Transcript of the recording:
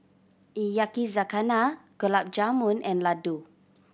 Yakizakana Gulab Jamun and Ladoo